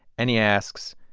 and he asks,